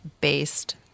Based